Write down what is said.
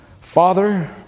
Father